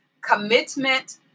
commitment